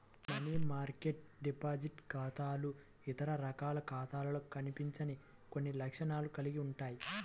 money market deposit ఖాతాలు ఇతర రకాల ఖాతాలలో కనిపించని కొన్ని లక్షణాలను కలిగి ఉంటాయి